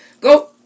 Go